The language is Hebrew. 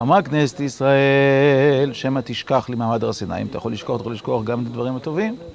אמרה הכנסת ישראל, שמא תשכח לי מעמד הר סיני, אם אתה יכול לשכוח, אתה יכול לשכוח גם את הדברים הטובים.